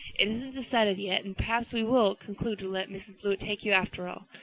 it isn't decided yet and perhaps we will conclude to let mrs. blewett take you after all.